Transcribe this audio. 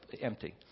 empty